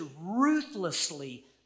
ruthlessly